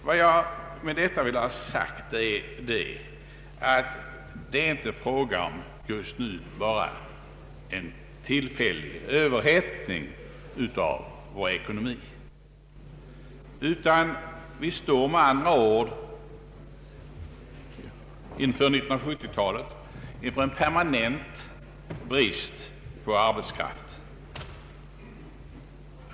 Vad jag med detta vill ha sagt är att det inte är fråga om bara en tillfällig överhettning i vår ekonomi just nu. Vi står i stället inför en permanent brist på arbetskraft.